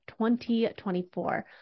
2024